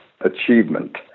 achievement